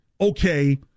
okay